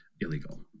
illegal